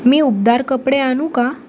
मी उबदार कपडे आणू का